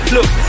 Look